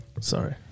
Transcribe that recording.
sorry